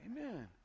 Amen